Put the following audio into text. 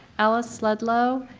alice sledlow,